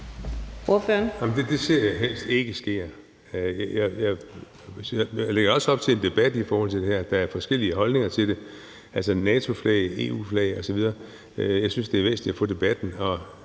Det ser jeg helst ikke sker. Jeg lægger også op til en debat i forhold til det her. Der er forskellige holdninger til det, altså NATO's flag, EU-flaget osv. Jeg synes, det er væsentligt at få debatten.